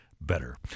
better